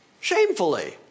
shamefully